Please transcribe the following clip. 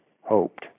hoped